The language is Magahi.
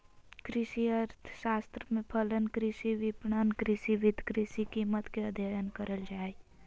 कृषि अर्थशास्त्र में फलन, कृषि विपणन, कृषि वित्त, कृषि कीमत के अधययन करल जा हइ